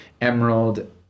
Emerald